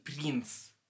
Prince